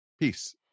Peace